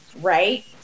right